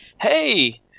Hey